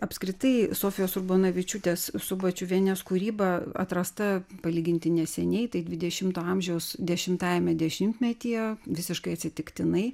apskritai sofijos urbonavičiūtės subačiuvienės kūryba atrasta palyginti neseniai tai dvidešimto amžiaus dešimtajame dešimtmetyje visiškai atsitiktinai